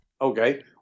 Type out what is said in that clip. Okay